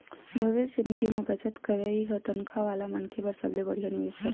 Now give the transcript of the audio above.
भविस्य निधि म बचत करई ह तनखा वाला मनखे बर सबले बड़िहा निवेस हरय